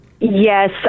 Yes